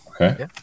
Okay